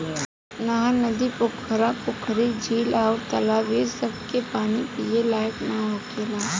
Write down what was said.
नहर, नदी, पोखरा, पोखरी, झील अउर तालाब ए सभ के पानी पिए लायक ना होखेला